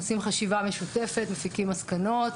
עושים חשיבה משותפת, מסיקים מסקנות.